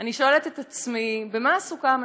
אני שואלת את עצמי, במה עסוקה הממשלה,